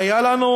היה לנו